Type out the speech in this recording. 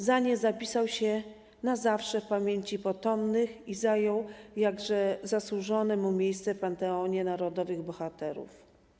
Dzięki nim zapisał się na zawsze w pamięci potomnych i zajął jakże zasłużone miejsce w panteonie narodowych bohaterów.